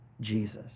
Jesus